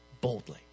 boldly